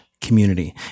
community